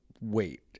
Wait